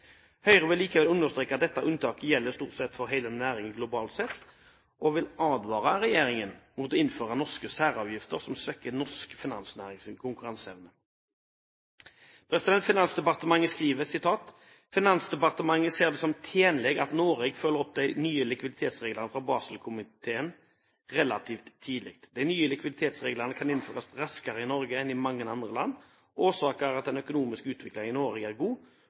Høyre vil likevel understreke at dette unntaket stort sett gjelder for hele næringen globalt sett, og vil advare regjeringen mot å innføre norske særavgifter som svekker norsk finansnærings konkurranseevne. Finansdepartementet skriver: «Finansdepartementet ser det som tenleg at Noreg følgjer opp dei nye likviditetsreglane frå Baselkomiteen relativt tidleg. Dei nye likviditetsreglane kan innførast raskare i Noreg enn i mange andre land. Årsaka er at den økonomiske utviklinga i Noreg er god,